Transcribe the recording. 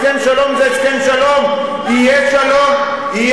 הסכם שלום זה הסכם שלום, שלום, לא מלחמה.